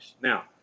Now